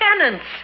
tenants